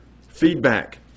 feedback